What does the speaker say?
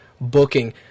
booking